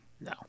No